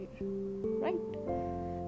right